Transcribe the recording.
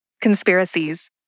conspiracies